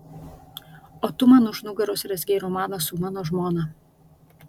o tu man už nugaros rezgei romaną su mano žmona